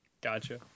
Gotcha